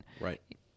Right